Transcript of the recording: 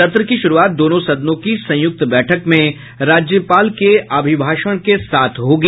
सत्र की शुरूआत दोनों सदनों की संयुक्त बैठक में राज्यपाल के अभिभाषण के साथ होगी